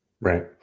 Right